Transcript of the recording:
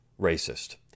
racist